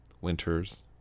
Winter's